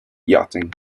yachting